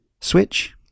Switch